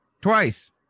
twice